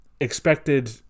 expected